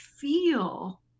feel